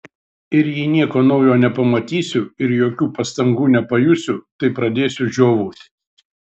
ir jei nieko naujo nepamatysiu ir jokių pastangų nepajusiu tai pradėsiu žiovauti